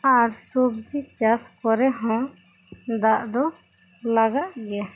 ᱟᱨ ᱫᱚ ᱥᱚᱵᱽᱡᱤ ᱪᱟᱥ ᱠᱚᱨᱮ ᱦᱚᱸ ᱫᱟᱜ ᱫᱚ ᱞᱟᱜᱟᱜ ᱜᱤᱭᱟ